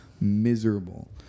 miserable